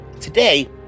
Today